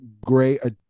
great